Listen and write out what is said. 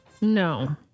No